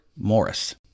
Morris